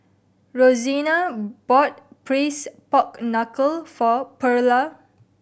Rosena bought Braised Pork Knuckle for Pearla